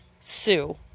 sue